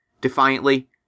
defiantly